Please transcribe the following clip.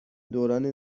دوران